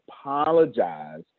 apologize